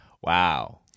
Wow